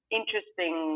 interesting